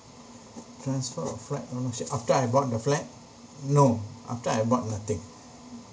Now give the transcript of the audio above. transfer of flat ownership after I bought the flat no after I bought nothing